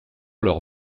leurs